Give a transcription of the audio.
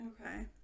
Okay